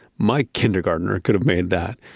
my kindergartner could've made that.